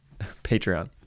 patreon